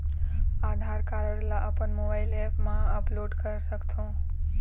आधार card ला अपन mobile app मा अपलोड कर सकथों?